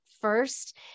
first